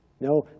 No